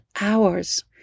hours